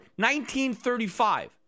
1935